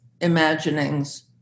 imaginings